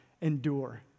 endure